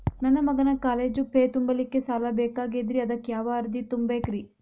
ನನ್ನ ಮಗನ college fee ತುಂಬಲಿಕ್ಕೆ ಸಾಲ ಬೇಕಾಗೆದ್ರಿ ಅದಕ್ಯಾವ ಅರ್ಜಿ ತುಂಬೇಕ್ರಿ?